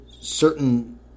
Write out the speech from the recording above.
certain